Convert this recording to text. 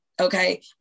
Okay